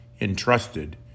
entrusted